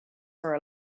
for